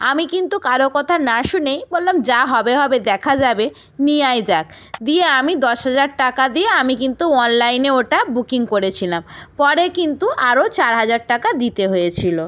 আমি কিন্তু কারো কথা না শুনেই বললাম যা হবে হবে দেখা যাবে নেয়াই যাক দিয়ে আমি দশ হাজার টাকা দিয়ে আমি কিন্তু অনলাইনে ওটা বুকিং করেছিলাম পরে কিন্তু আরও চার হাজার টাকা দিতে হয়েছিলো